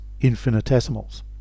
infinitesimals